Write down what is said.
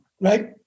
right